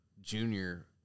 junior